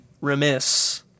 remiss